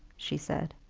she said.